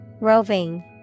Roving